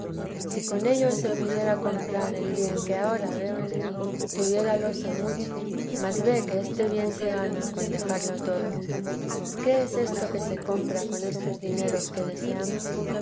si con ellos se pudiera comprar el bien que ahora veo en teresa d mí tuviéralos en mucho mas ve que este bien se gana con dejarlo todo qué es esto que se compra con estos dineros que deseamos